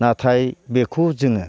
नाथाय बेखौ जोङो